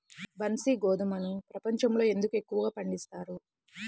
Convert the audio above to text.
బన్సీ గోధుమను ప్రపంచంలో ఎందుకు ఎక్కువగా పండిస్తారు?